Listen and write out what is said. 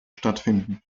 stattfinden